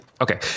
Okay